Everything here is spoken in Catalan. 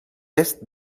est